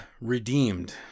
redeemed